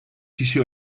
kişi